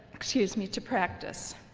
excuse me, to practice.